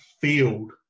field